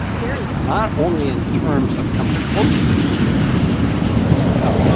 very well. not only in terms of coming close to beating ted cruz, which was impressive enough,